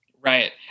Right